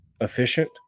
efficient